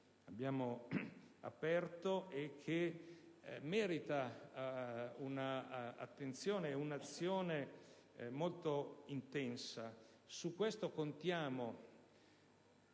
abbiamo aperto, e che merita un'attenzione ed un'azione molto intensa. Su questo, contiamo